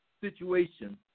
situation